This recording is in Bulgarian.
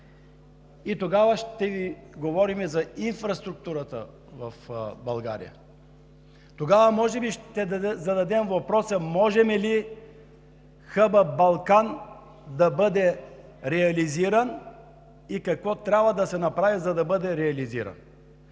тогава ще говорим за инфраструктурата в България. Тогава може да зададем въпроса: може ли хъб „Балкан“ да бъде реализиран и какво трябва да се направи, за да бъде реализиран?